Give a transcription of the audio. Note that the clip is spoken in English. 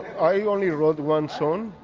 i only wrote one song,